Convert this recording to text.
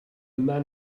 man